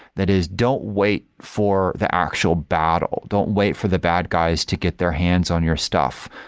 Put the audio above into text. that is don't wait for the actual battle, don't wait for the bad guys to get their hands on your stuff.